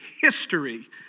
history